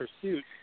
pursuit